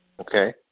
Okay